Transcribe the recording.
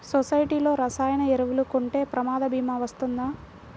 సొసైటీలో రసాయన ఎరువులు కొంటే ప్రమాద భీమా వస్తుందా?